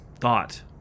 thought